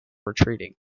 retreating